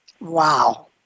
Wow